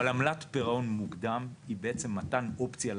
אבל עמלת פירעון מוקדם היא בעצם מתן אופציה ללקוח.